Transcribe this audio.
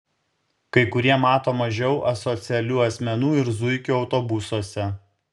kai kurie mato mažiau asocialių asmenų ir zuikių autobusuose